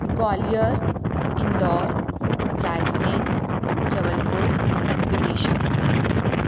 Gwalior Indore Raisen Jabalpur Vidisha